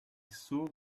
saw